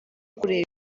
kureba